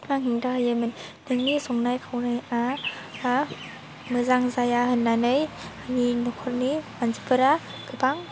हेंथा होयोमोन नोंनि संनाय खावनाया मोजां जाया होन्नानै आंनि नख'रनि मानसिफोरा गोबां